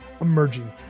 emerging